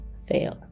fail